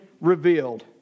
revealed